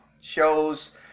show's